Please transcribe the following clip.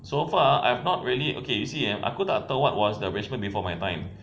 so far I've not really okay you see eh aku tak tahu what was the arrangement before my time